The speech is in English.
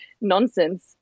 nonsense